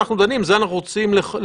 שם, לדעתי, אנחנו פושעים.